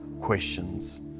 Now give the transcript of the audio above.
questions